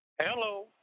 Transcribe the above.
Hello